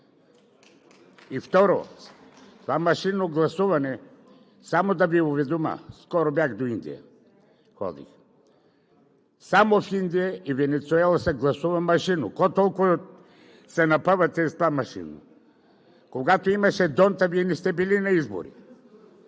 И второ, това машинно гласуване – само да Ви уведомя, скоро бях до Индия – само в Индия и Венецуела се гласува машинно. Какво толкова се напъвате с това машинно? Когато имаше Д’Ондт, Вие не сте били на избори.